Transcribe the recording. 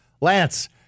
Lance